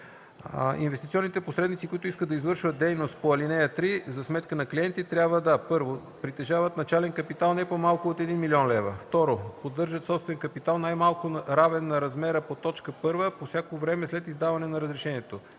Инвестиционните посредници, които искат да извършват дейност по ал. 3 за сметка на клиенти, трябва да: 1. притежават начален капитал не по-малко от 1 000 000 лв.; 2. поддържат собствен капитал най-малко равен на размера по т. 1 по всяко време след издаване на разрешението.